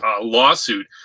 lawsuit